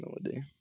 melody